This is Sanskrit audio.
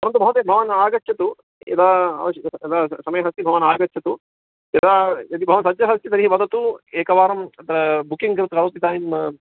परन्तु महोदय भवान् आगच्छतु यदा आवश्यकता तदा समयः अस्ति भवान् आगच्छतु यदा यदि भवान् सज्जः अस्ति तर्हि वदतु एकवारं तत्र बुकिङ्ग् इदानीं